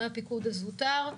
מהפיקוד הזוטר,